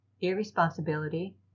irresponsibility